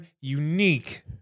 unique